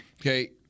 Okay